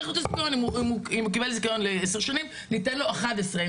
אם הוא קיבל זיכיון לעשר שנים ניתן לו 11,